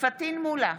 פטין מולא,